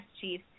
chief